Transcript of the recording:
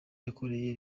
yakoreye